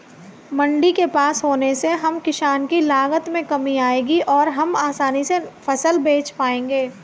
मंडी के पास होने से हम किसान की लागत में कमी आएगी और हम आसानी से फसल बेच पाएंगे